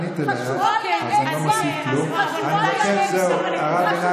כשהיא מדברת, אגב, אתה אמור להוסיף לי זמן.